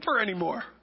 anymore